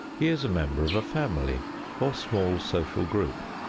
he is a member of a family or small social group,